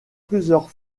plusieurs